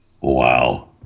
Wow